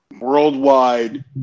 worldwide